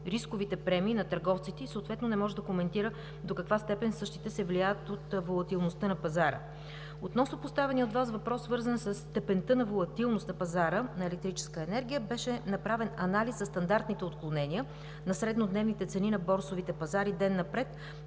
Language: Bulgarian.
рисковите премии на търговците и съответно не може да коментира до каква степен същите се влияят от волатилността на пазара. Относно поставения от Вас въпрос, свързан със степента на волатилност на пазара на електрическа енергия, беше направен анализ за стандартните отклонения на среднодневните цени на борсовите пазари ден напред